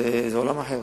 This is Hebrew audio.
זה עולם אחר.